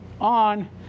on